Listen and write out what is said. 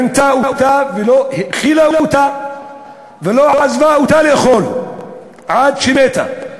שהיא עינתה אותה ולא האכילה אותה ולא עזבה אותה לאכול עד שמתה.